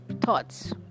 thoughts